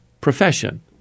profession